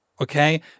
Okay